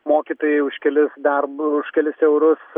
mokytojai už kelis darbu už kelis eurus